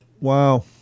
Wow